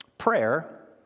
Prayer